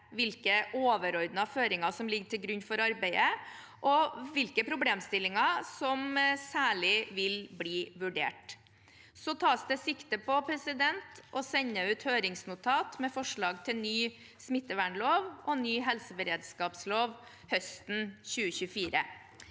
hvilke overordnede føringer som ligger til grunn for arbeidet, og hvilke problemstillinger som vi særlig vil vurdere. Det tas sikte på å sende ut høringsnotat med forslag til ny smittevernlov og ny helseberedskapslov høsten 2024.